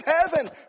heaven